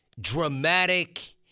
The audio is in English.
dramatic